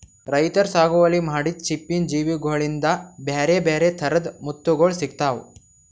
ರೈತರ್ ಸಾಗುವಳಿ ಮಾಡಿದ್ದ್ ಚಿಪ್ಪಿನ್ ಜೀವಿಗೋಳಿಂದ ಬ್ಯಾರೆ ಬ್ಯಾರೆ ಥರದ್ ಮುತ್ತುಗೋಳ್ ಸಿಕ್ತಾವ